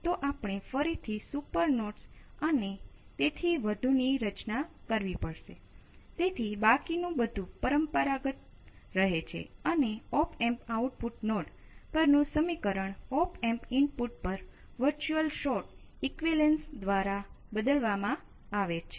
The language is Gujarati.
તેથી તમે અપેક્ષા રાખી શકો છો કે તે કંઈક કરશે અને તે બધુ જ છે કારણ કે કેપેસિટર છે